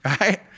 Right